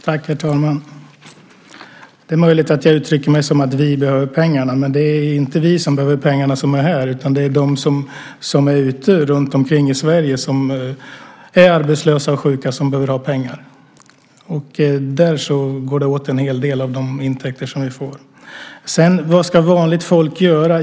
Herr talman! Det är möjligt att jag uttrycker mig som att vi behöver pengarna, men det är inte vi som är här som behöver pengarna. Det är de runtom i Sverige som är arbetslösa och sjuka som behöver ha pengar. Där går det åt en hel del av de intäkter som vi får. Vad ska vanligt folk göra?